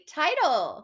title